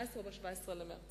ב-18 או ב-17 במרס.